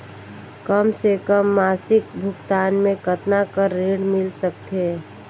कम से कम मासिक भुगतान मे कतना कर ऋण मिल सकथे?